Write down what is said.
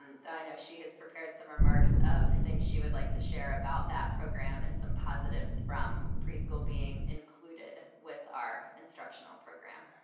um so i know she has prepared some remarks of things she would like to share about that program and some positives from preschool being included with our instructional program.